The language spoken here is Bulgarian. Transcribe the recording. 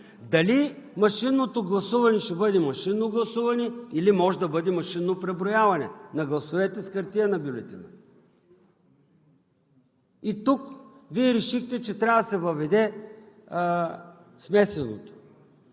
дали машинното гласуване ще бъде машинно гласуване, или може да бъде машинно преброяване на гласовете с хартиена бюлетина. Тук Вие решихте, че трябва да се въведе смесеното